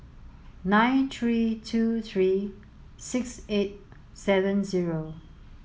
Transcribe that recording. nine three two three six eight seven zero